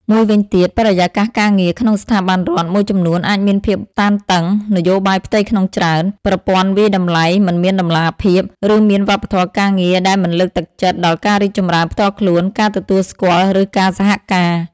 មួយវិញទៀតបរិយាកាសការងារក្នុងស្ថាប័នរដ្ឋមួយចំនួនអាចមានភាពតានតឹង នយោបាយផ្ទៃក្នុងច្រើន ប្រព័ន្ធវាយតម្លៃមិនមានតម្លាភាព ឬមានវប្បធម៌ការងារដែលមិនលើកទឹកចិត្តដល់ការរីកចម្រើនផ្ទាល់ខ្លួន ការទទួលស្គាល់ ឬការសហការ។